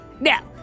Now